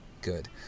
good